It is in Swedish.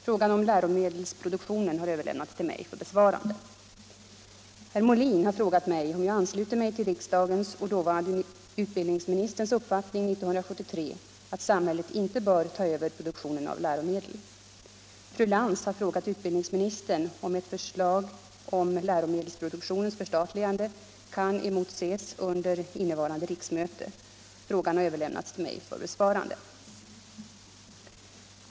Frågan om läromedelsproduktionen har överlämnats till mig för besvarande. Herr Molin har frågat mig om jag ansluter mig till riksdagens och dåvarande utbildningsministerns uppfattning 1973 att samhället inte bör ta över produktionen av läromedel. Fru Lantz har frågat utbildningsministern om ett förslag om läromedelsproduktionens förstatligande kan emotses under innevarande riksmöte. Frågan har överlämnats till mig för besvarande.